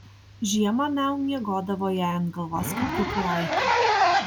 žiemą miau miegodavo jai ant galvos kaip kepuraitė